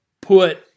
put